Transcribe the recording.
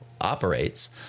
operates